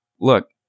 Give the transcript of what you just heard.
look